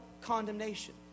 condemnation